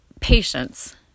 Patience